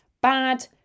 bad